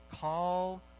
Call